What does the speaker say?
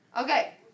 Okay